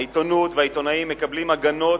שאז התופעה של ניגוד העניינים בין דעתו,